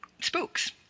spooks